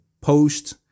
post